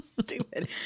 Stupid